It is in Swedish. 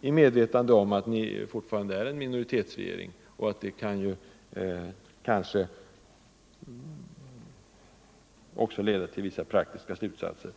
i medvetande om att den fortfarande är en minoritetsregering, kan se praktiskt på saken.